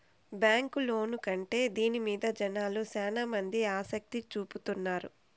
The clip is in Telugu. బ్యాంక్ లోను కంటే దీని మీద జనాలు శ్యానా మంది ఆసక్తి చూపుతున్నారు